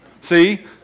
See